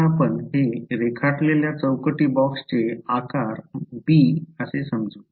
आता आपण हे रेखाटलेल्या चौकटी बॉक्सचे आकार b समजू